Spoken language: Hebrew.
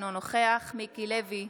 אינו נוכח מיקי לוי,